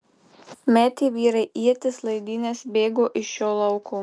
metė vyrai ietis laidynes bėgo iš šio lauko